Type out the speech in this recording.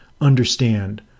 understand